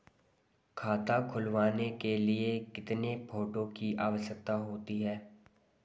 खाता खुलवाने के लिए कितने फोटो की आवश्यकता होती है?